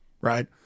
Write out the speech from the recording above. Right